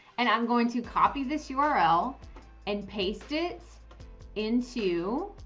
and i'm going to copy this yeah url and paste it into